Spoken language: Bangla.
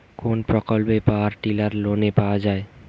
কোন প্রকল্পে পাওয়ার টিলার লোনে পাওয়া য়ায়?